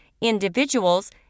individuals